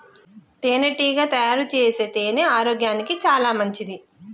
తేనెటీగ తయారుచేసే తేనె ఆరోగ్యానికి చాలా మంచిది